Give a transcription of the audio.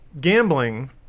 gambling